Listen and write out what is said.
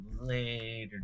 later